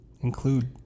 Include